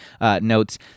notes